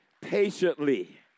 patiently